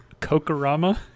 Kokorama